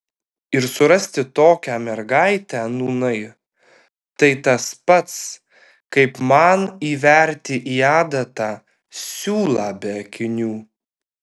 ir surasti tokią mergaitę nūnai tai tas pats kaip man įverti į adatą siūlą be akinių